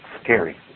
Scary